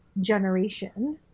generation